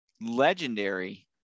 legendary